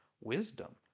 wisdom